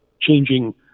changing